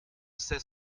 sait